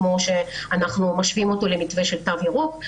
וכשאנחנו משווים אותו למתווה של תו ירוק,